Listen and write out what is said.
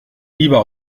lieber